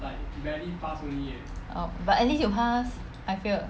but at least you pass I failed